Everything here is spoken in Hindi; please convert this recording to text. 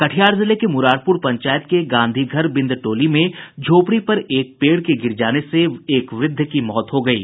कटिहार जिले के मुरारपुर पंचायत के गांधीघर बिंद टोली में झोपड़ी पर एक पेड़ गिर जाने से एक व्रद्ध की मौत हो गयी